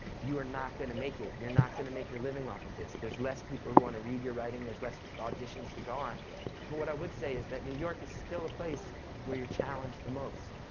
you're not gonna make it. you're not going to make your living off of this. there's less people who want to read your writing, there's less auditions to go on. but what i would say is that new york is still a place where you're challenged the most,